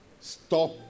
Stop